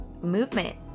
movement